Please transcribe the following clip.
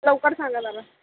लवकर सांगा जरा